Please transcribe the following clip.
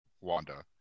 wanda